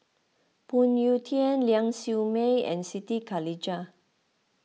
Phoon Yew Tien Ling Siew May and Siti Khalijah